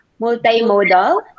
multimodal